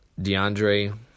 DeAndre